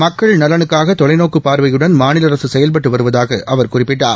மக்கள் நலனுக்காக தொலைநோக்கு பார்வையுடன் மாநில அரசு செயல்பட்டு வருவதாக அவர் குறிப்பிட்டார்